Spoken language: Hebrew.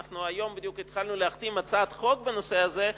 אנחנו התחלנו היום בדיוק להחתים על הצעת חוק בנושא הזה,